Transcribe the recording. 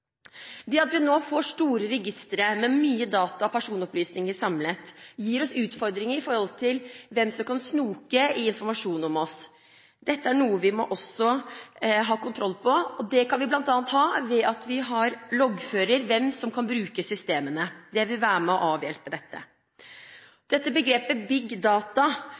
Det at vi nå får store registre med mye data og personopplysninger samlet, gir oss utfordringer med tanke på hvem som kan snoke i informasjon om oss. Dette er noe vi også må ha kontroll på, og det kan vi bl.a. ha ved at vi loggfører hvem som kan bruke systemene. Det vil være med og avhjelpe dette. Begrepet